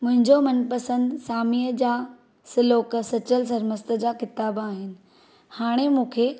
मुंहिंजो मनपंसदि सामीअ जा सलोक सचल सरमस्त जा किताब आहिनि हाणे मूंखे